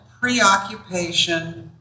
preoccupation